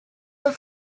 were